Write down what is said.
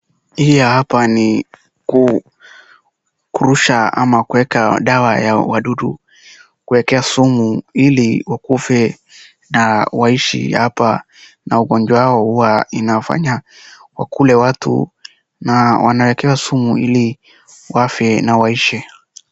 Hii hapa ni kurusha ama kuweka dawa ya wadudu kuwekea sumu ili wakufe na waishi hapa na ugonjwa huwa inafanya wakule watu na wanawekewa sumu ili wafe na waishe.